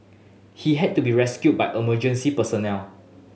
he had to be rescued by emergency personnel